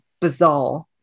bizarre